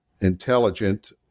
intelligent